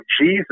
Jesus